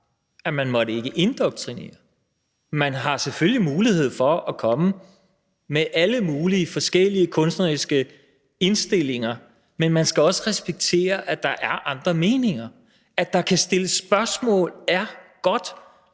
at man ikke måtte indoktrinere. Man har selvfølgelig mulighed for at komme med alle mulige forskellige kunstneriske indstillinger, men man skal også respektere, at der er andre meninger. At der kan stilles spørgsmål er godt.